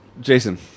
Jason